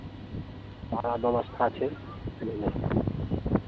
सारा व्यवस्था छै बुझलियै ने